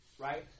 right